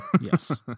Yes